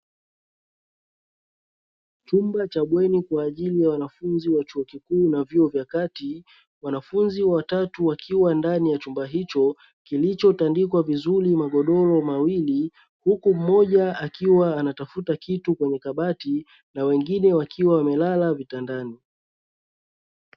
Chumba cha bweni kwa ajili ya wanafunzi wa chuo kikuu na vyuo vya kati, wanafunzi watatu wakiwa ndani ya chumba hicho; kilichotandikwa vizuri magodoro mawili, huku mmoja akiwa anatafuta kitu kwenye kabati na wengine wakiwa wamelala vitandani.